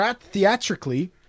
theatrically